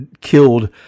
killed